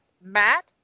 Matt